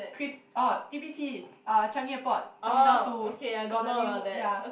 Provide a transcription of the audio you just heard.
Chris orh t_p Tea uh Changi Airport terminal two got the new ya